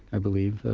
i believe,